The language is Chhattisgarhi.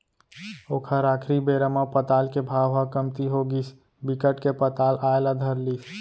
ओखर आखरी बेरा म पताल के भाव ह कमती होगिस बिकट के पताल आए ल धर लिस